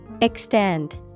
Extend